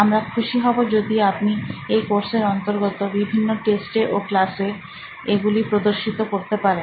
আমরা খুশি হব যদি আপনি এই কোর্সের অন্তর্গত বিভিন্ন টেস্টে ও ক্লাসে এগুলি প্রদর্শিত করতে পারেন